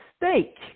mistake